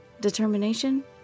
Determination